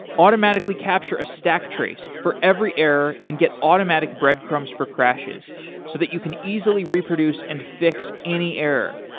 automatically capture a stack trace for every error and get automatic breadcrumbs for crashes so that you can easily reproduce and fix any error.